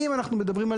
אם אנחנו מדברים,